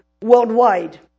worldwide